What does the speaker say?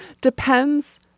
depends